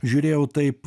žiūrėjau taip